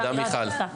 תודה רבה.